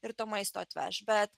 ir to maisto atveš bet